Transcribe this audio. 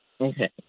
Okay